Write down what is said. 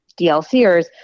DLCers